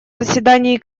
заседании